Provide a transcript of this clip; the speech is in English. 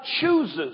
chooses